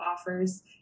offers